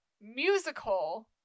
musical